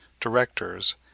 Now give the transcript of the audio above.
directors